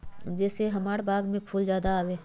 जे से हमार बाग में फुल ज्यादा आवे?